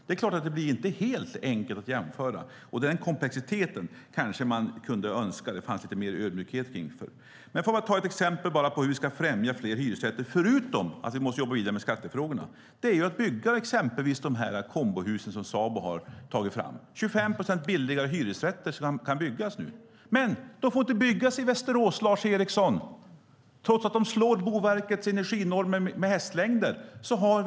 Det är klart att det inte är helt enkelt att göra jämförelser, och man kunde kanske önska att det fanns lite mer ödmjukhet inför den komplexiteten. Förutom att vi måste jobba vidare med skattefrågorna kan man exempelvis bygga de kombohus som Sabo har tagit fram. Det handlar om 25 procent billigare hyresrätter, men de får inte byggas i Västerås, Lars Eriksson, trots att de slår Boverkets energinormer med hästlängder.